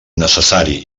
necessari